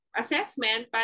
assessment